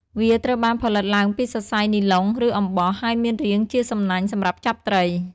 វាត្រូវបានផលិតឡើងពីសរសៃនីឡុង ឬអំបោះ ហើយមានរាងជាសំណាញ់សម្រាប់ចាប់ត្រី។